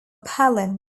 palin